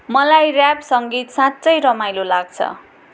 मलाई ऱ्याप सङ्गीत साँच्चै रमाइलो लाग्छ